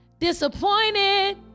disappointed